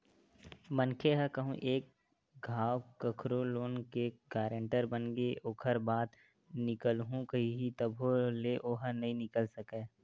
मनखे ह कहूँ एक घांव कखरो लोन के गारेंटर बनगे ओखर बाद निकलहूँ कइही तभो ले ओहा नइ निकल सकय